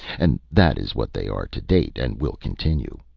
and that is what they are to date and will continue.